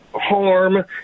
harm